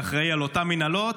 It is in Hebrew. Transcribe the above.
שאחראי על אותן מנהלות,